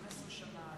15 שנה?